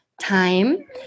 time